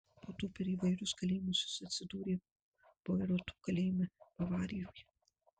po to per įvairius kalėjimus jis atsidūrė bairoito kalėjime bavarijoje